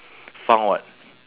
foul [what]